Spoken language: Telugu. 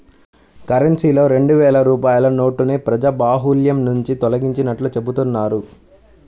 కరెన్సీలో రెండు వేల రూపాయల నోటుని ప్రజాబాహుల్యం నుంచి తొలగించినట్లు చెబుతున్నారు